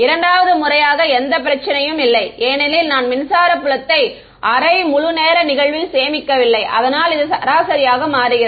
இரண்டாவது முறையாக எந்த பிரச்சனையும் இல்லை ஏனெனில் நான் மின்சார புலத்தை அரை முழு நேர நிகழ்வில் சேமிக்கவில்லை அதனால் இது சராசரியாக மாறியது